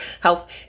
health